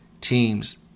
teams